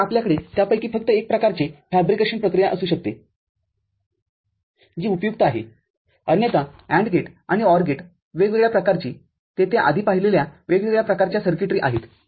तर आपल्याकडे त्यापैकी फक्त एक प्रकारची फॅब्रिकेशन प्रक्रिया असू शकते जी उपयुक्त आहे अन्यथा AND गेट आणि OR गेट वेगळ्या प्रकारची तेथे आधी पाहिलेल्या वेगवेगळ्या प्रकारच्या सर्किटरीआहेत